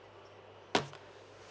mm